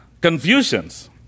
confusions